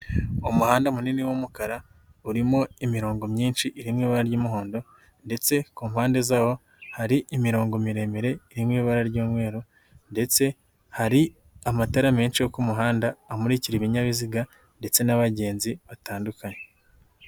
Umuhanda munini w'umukara urimo imirongo myinshi iri mu ibara ry'umuhondo ndetse ku mpande zawo hari imirongo miremire iri mu ibara ry'umweru ndetse hari amatara menshi yo ku umuhanda amurikira ibinyabiziga ndetse n'abagenzi batandukanye.